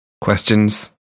questions